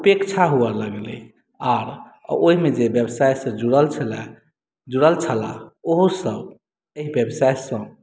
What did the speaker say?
उपेक्षा हुअ लगलै आओर ओहिमे जे व्यवसायसँ जुड़ल छले जुड़ल छलाह ओहोसभ एहि व्यवसायसँ